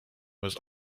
was